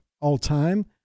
all-time